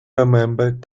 remembered